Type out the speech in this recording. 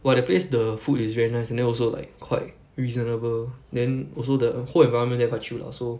!wah! that place the food is very nice and then also like quite reasonable then also the whole environment there quite chill lah so